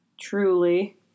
Truly